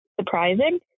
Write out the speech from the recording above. surprising